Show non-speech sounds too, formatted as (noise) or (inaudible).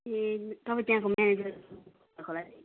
ए तपाईँ त्यहाँको म्यानेजर (unintelligible)